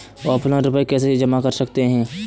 Offline रुपये कैसे जमा कर सकते हैं?